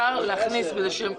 מתקדם?